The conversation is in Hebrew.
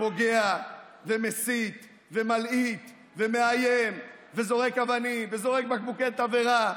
שפוגע ומסית ומלהיט ומאיים וזורק אבנים וזורק בקבוקי תבערה,